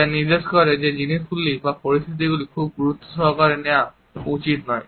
যা নির্দেশ করে যে জিনিসগুলি বা পরিস্থিতিগুলিকে খুব গুরুত্ব সহকারে নেওয়া উচিত নয়